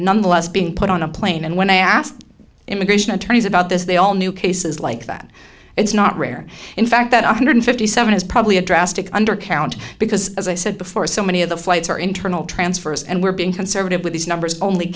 nonetheless being put on a plane and when i asked immigration attorneys about this they all knew cases like that it's not rare in fact that one hundred fifty seven is probably a drastic undercount because as i said before so many of the flights are internal transfers and we're being conservative with these numbers only